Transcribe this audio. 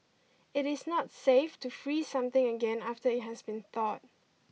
it is not safe to freeze something again after it has been thawed